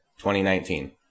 2019